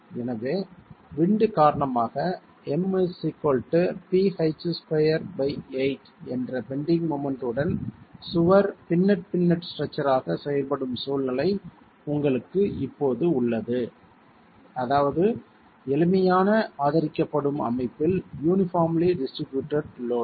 எனவே விண்ட் காரணமாக M ph28 என்ற பெண்டிங் மொமெண்ட் உடன் சுவர் பின்னெட் பின்னெட் ஸ்டரச்சர் ஆகச் செயல்படும் சூழ்நிலை உங்களுக்கு இப்போது உள்ளது அதாவது எளிமையான ஆதரிக்கப்படும் அமைப்பில் யூனிபார்ம்லி டிஸ்ட்ரிபூட்ட் லோட்